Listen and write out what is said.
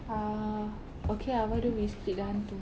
ah okay ah why don't we split the hantu